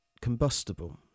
combustible